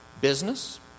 Business